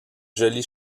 joli